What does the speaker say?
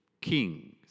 kings